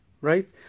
right